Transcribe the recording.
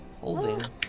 Holding